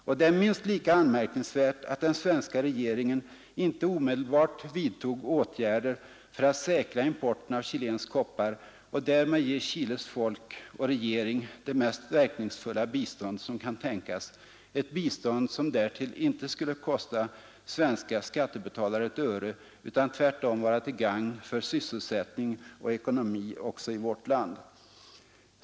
Och det är minst lika anmärkningsvärt att den svenska regeringen inte omedelbart vidtog åtgärder för att säkra importen av chilensk koppar och därmed ge Chiles regering och folk det mest verkningsfulla bistånd som kan tänkas, ett bistånd som därtill inte skulle kosta svenska skattebetalare ett öre utan tvärtom vara till gagn för sysselsättning och ekonomi också i vårt land.